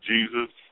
Jesus